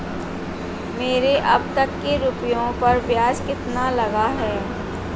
मेरे अब तक के रुपयों पर ब्याज कितना लगा है?